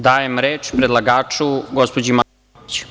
Dajem reč predlagaču, gospođi Maji Gojković.